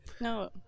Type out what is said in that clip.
No